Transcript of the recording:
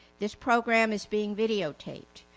this program is being videotaped,